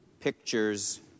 Pictures